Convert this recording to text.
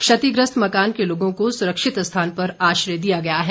क्षतिग्रस्त मकान के लोगों को सुरक्षित स्थान पर आश्रय दिया गया है